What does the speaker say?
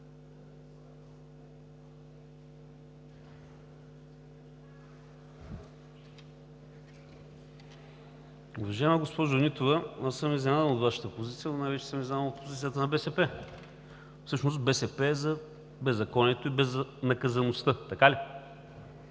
Уважаема госпожо Нитова, аз съм изненадан от Вашата позиция, но най-вече съм изненадан от позицията на БСП. Всъщност БСП е за беззаконието и безнаказаността – така ли?